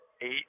Eight